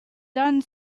done